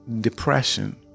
depression